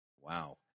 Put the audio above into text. wow